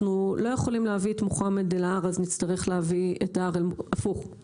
אנחנו לא יכולים להביא את ההר למוחמד,